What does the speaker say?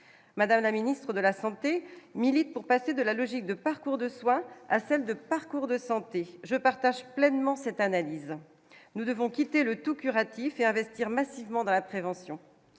Madame la Ministre de la Santé milite pour passer de la logique de parcours de soins à celle de parcours de santé je partage pleinement cette analyse : nous devons quitter le tout curatif et investir massivement dans la prévention